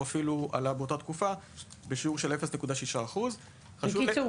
אלא אפילו עלה באותה התקופה בשיעור של 0.6%. בקיצור,